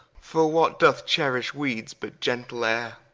for what doth cherrish weeds, but gentle ayre?